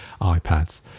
ipads